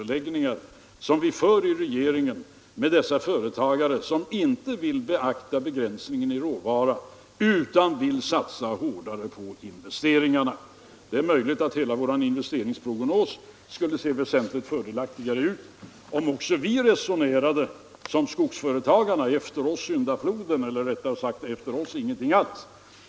Regeringen för långa överläggningar med dessa företagare som inte vill beakta begränsningen i råvaran utan vill satsa hårdare på investeringarna. Det är möjligt att hela vår investeringsprognos skulle se väsentligt fördelaktigare ut om också vi resonerade som skogsföretagarna: Efter oss syndafloden eller, rättare sagt, kommer dag kommer råd.